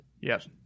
Yes